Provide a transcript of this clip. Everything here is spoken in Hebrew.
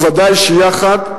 וודאי שיחד,